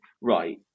right